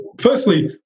firstly